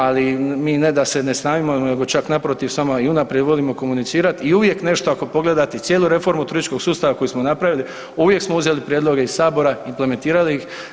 Ali mi ne da se ne sramimo, nego čak naprotiv samo i unaprijed volimo komunicirati i uvijek nešto ako pogledate cijelu reformu turističkog sustava koju smo napravili uvijek smo uzeli prijedloge iz Sabora, implementirali ih.